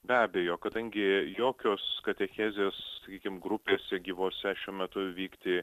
be abejo kadangi jokios katechezės sakykim grupėse gyvose šiuo metu vykti